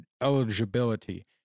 eligibility